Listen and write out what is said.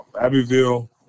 Abbeville